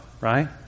right